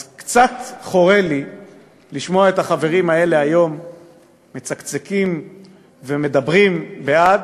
אז קצת חורה לי לשמוע את החברים האלה היום מצקצקים ומדברים בעד.